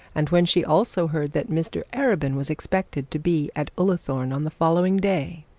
and when she also heard that mr arabin was expected to be at ullathorne on the following day,